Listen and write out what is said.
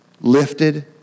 lifted